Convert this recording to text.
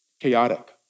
chaotic